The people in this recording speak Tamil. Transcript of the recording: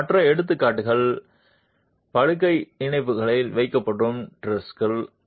எனவே மற்ற எடுத்துக்காட்டுகள் படுக்கை மூட்டில் வைக்கப்படும் டிரஸ்கள்